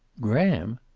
graham!